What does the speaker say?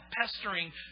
pestering